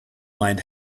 mind